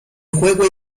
juego